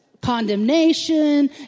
condemnation